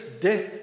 death